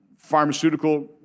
pharmaceutical